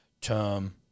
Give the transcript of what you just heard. term